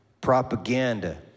propaganda